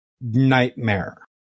nightmare